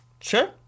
Sure